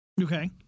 Okay